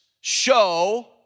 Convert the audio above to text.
show